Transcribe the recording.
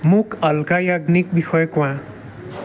মোক অলকা য়াগনিকৰ বিষয়ে কোৱা